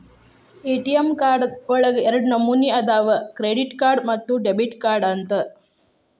ATM card ಒಳಗ ಎರಡ ನಮನಿ ಅದಾವ ಕ್ರೆಡಿಟ್ ಮತ್ತ ಡೆಬಿಟ್ ಕಾರ್ಡ್ ಅಂತ